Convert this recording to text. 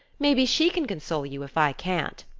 maybe she can console you, if i can't.